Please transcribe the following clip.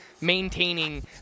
maintaining